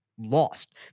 lost